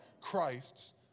Christ's